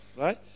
Right